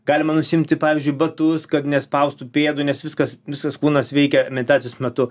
galima nusiimti pavyzdžiui batus kad nespaustų pėdų nes viskas visas kūnas veikia meditacijos metu